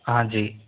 हाँ जी